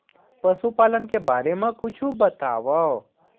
पशुपालन के बारे मा कुछु बतावव?